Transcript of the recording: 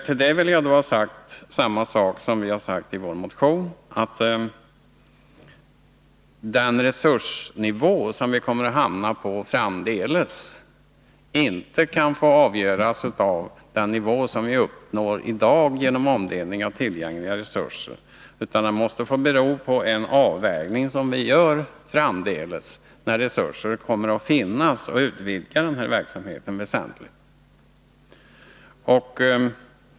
Till det vill jag säga samma sak som vi framhållit i vår motion, nämligen att den resursnivå som vi kommer att hamna på framdeles inte kan få avgöras av den nivå som vi uppnår i dag genom omfördelning av tillgängliga resurser, utan det måste bero på en avvägning som vi gör framdeles när resurser kommer att finnas för att utvidga den här verksamheten.